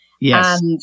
Yes